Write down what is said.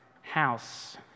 house